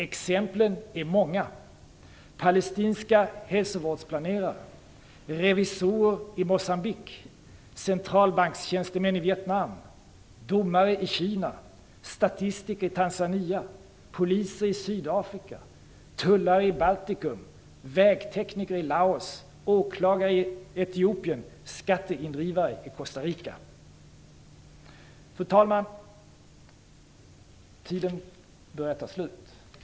Exemplen är många: palestinska hälsovårdsplanerare, revisorer i Moçambique, centralbankstjänstemän i Vietnam, domare i Kina, statistiker i Tanzania, poliser i Sydafrika, tullare i Baltikum, vägtekniker i Laos, åklagare i Etiopien och skatteindrivare i Costa Rica. Fru talman! Taletiden börjar ta slut.